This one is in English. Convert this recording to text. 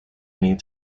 need